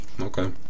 Okay